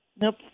Nope